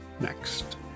next